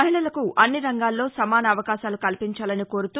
మహిళలకు అన్ని రంగాల్లో సమాన అవకాశాలు కల్పించాలని కోరుతూ